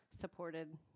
supported